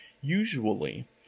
Usually